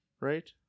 Right